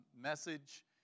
message